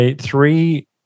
three